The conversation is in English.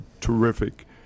terrific